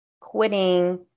quitting